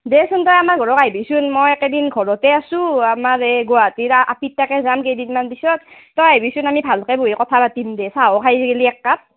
দেচোন তই আমাৰ ঘৰত আহিবিচোন মই এইকেদিন ঘৰতে আছোঁ আমাৰ এই গুৱাহাটীৰা আপিৰ তাতে যাম কেইদিনমান পিছত তই আহিবিচোন আমি ভালকৈ বহি কথা পাতিম দে চাহো খাই গ'লি এককাপ